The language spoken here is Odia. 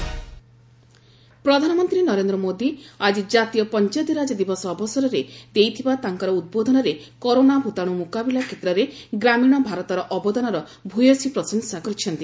ପିଏମ୍ ଆଡ୍ରେସ୍ ପ୍ରଧାନମନ୍ତ୍ରୀ ନରେନ୍ଦ୍ର ମୋଦି ଆଜି କାତୀୟ ପଞ୍ଚାୟତିରାଜ ଦିବସ ଅବସରରେ ଦେଇଥିବା ତାଙ୍କର ଉଦ୍ବୋଧନରେ କରୋନା ଭୂତାଣୁ ମୁକାବିଲା କ୍ଷେତ୍ରରେ ଗ୍ରାମୀଣ ଭାରତର ଅବଦାନର ଭୂୟସୀ ପ୍ରଶଂସା କରିଛନ୍ତି